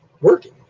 working